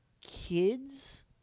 kids